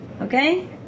Okay